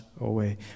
away